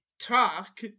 talk